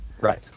Right